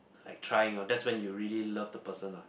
like trying or that's when you really love the person lah